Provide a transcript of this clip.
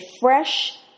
fresh